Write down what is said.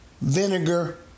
vinegar